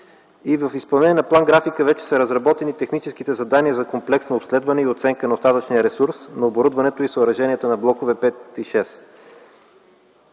В изпълнение на план-графика вече са разработени техническите задания за комплексно обследване и оценка на остатъчния ресурс на оборудването и съоръженията на блокове пет и